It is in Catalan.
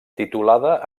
titulada